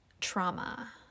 trauma